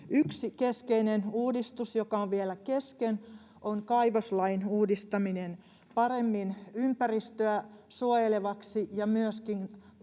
Yksi keskeinen uudistus, joka on vielä kesken, on kaivoslain uudistaminen paremmin ympäristöä suojelevaksi ja myöskin